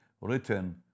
written